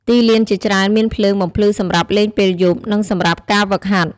ទីលានជាច្រើនមានភ្លើងបំភ្លឺសម្រាប់លេងពេលយប់ និងសម្រាប់ការហ្វឹកហាត់។